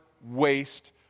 waste